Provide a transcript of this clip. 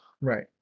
Right